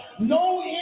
no